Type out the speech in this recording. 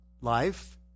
Life